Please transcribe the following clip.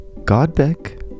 Godbeck